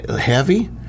heavy